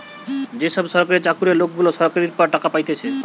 যে সব সরকারি চাকুরে লোকগুলা চাকরির পর টাকা পাচ্ছে